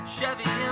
Chevy